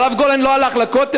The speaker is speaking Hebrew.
הרב גורן לא הלך לכותל,